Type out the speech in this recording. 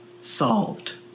solved